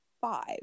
five